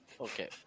Okay